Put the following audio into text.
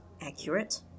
Accurate